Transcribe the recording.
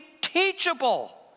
teachable